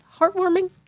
heartwarming